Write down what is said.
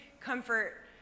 Comfort